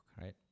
right